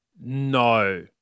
No